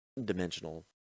dimensional